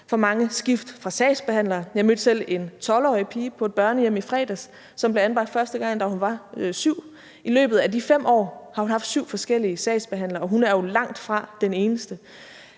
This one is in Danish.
for mange skift af sagsbehandler. Jeg mødte selv en 12-årig pige på et børnehjem i fredags, som blev anbragt første gang, da hun var 7 år. I løbet af de 5 år har hun haft syv forskellige sagsbehandlere, og hun er jo langtfra den eneste.